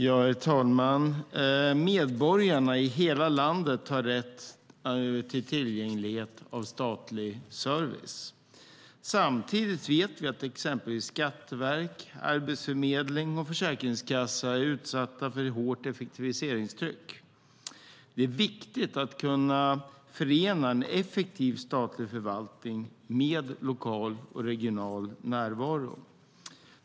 Herr talman! Medborgarna har rätt till tillgänglighet när det gäller statlig service. Samtidigt vet vi att exempelvis skatteverk, arbetsförmedling och försäkringskassa är utsatta för hårt effektiviseringstryck. Det är viktigt att kunna förena en effektiv statlig förvaltning med lokal och regional närvaro.